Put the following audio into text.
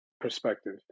perspective